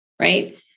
right